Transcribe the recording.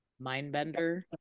mindbender